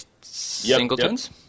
Singletons